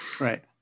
Right